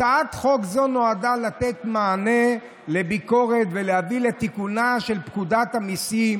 הצעת חוק זו נועדה לתת מענה לביקורת ולהביא לתיקונה של פקודת המיסים